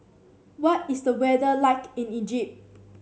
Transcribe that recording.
what is the weather like in Egypt